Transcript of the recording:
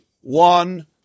one